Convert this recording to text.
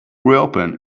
reopen